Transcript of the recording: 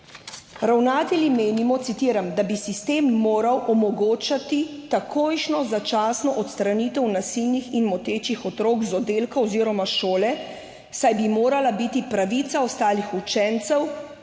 »Ravnatelji menimo,« citiram, »da bi sistem moral omogočati takojšnjo začasno odstranitev nasilnih in motečih otrok iz oddelka oziroma šole, saj bi morala biti pravica ostalih učencev